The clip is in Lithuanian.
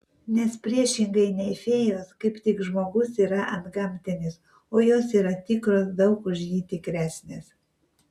nes priešingai nei fėjos kaip tik žmogus yra antgamtinis o jos yra tikros daug už jį tikresnės